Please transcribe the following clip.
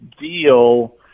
deal